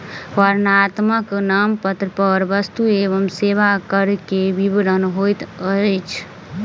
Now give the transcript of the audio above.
वर्णनात्मक नामपत्र पर वस्तु एवं सेवा कर के विवरण होइत अछि